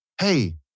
hey